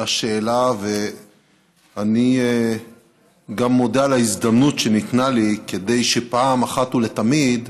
השאלה ואני גם מודה על ההזדמנות שניתנה לי כדי שפעם אחת ולתמיד